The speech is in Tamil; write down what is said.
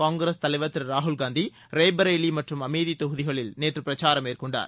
காங்கிரஸ் தலைவர் திரு ராகுல் காந்தி ரேபரேலி மற்றும் அமேதி தொகுதிகளில் நேற்று பிரச்சாரம் மேற்கொண்டார்